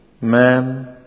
man